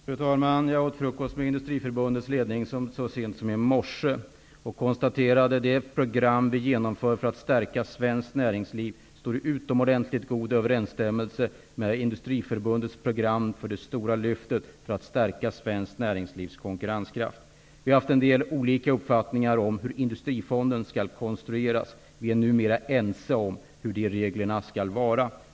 Fru talman! Jag åt frukost med Industriförbundets ledning så sent som i morse och konstaterade då att det program som vi genomför för att stärka svenskt näringsliv står i utomordentligt god överensstämmelse med Industriförbundets program för det stora lyftet i syfte att stärka svenskt näringslivs konkurrenskraft. Vi har haft en del olika uppfattningar om hur Industrifonden skall konstrueras. Men vi är numera ense om hur de reglerna skall vara.